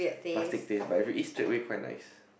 plastic taste but if you eat straight away quite nice